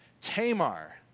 Tamar